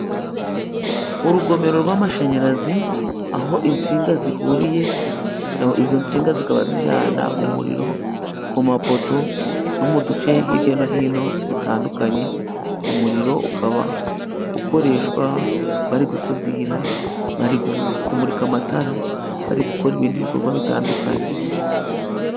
Urugomero rw'amashanyarazi, aho insinga zihuriye, izo nsinga zikaba zijyana umuriro ku mapoto, no mu duce hirya no hino dutandukanye, umuriro ukaba ukoreshwa bari gusudira, bari kumurika amatara, bari gukora ibindi bikorwa bitandukanye.